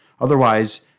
Otherwise